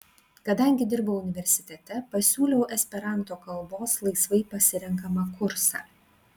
kadangi dirbau universitete pasiūliau esperanto kalbos laisvai pasirenkamą kursą